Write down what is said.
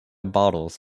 bottles